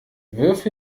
wirf